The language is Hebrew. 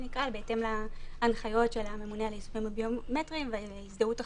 בהתאם להנחיות של הממונה על היישומים הביומטריים וההזדהות החכמה.